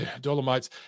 Dolomites